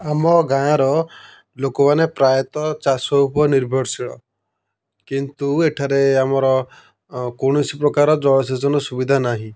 ଆମ ଗାଁର ଲୋକମାନେ ପ୍ରାୟତଃ ଚାଷ ଉପରେ ନିର୍ଭରଶୀଳ କିନ୍ତୁ ଏଠାରେ ଆମର କୌଣସି ପ୍ରକାର ଜଳସେଚନ ସୁବିଧା ନାହିଁ